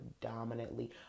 predominantly